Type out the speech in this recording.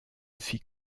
fit